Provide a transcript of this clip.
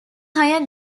higher